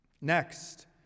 Next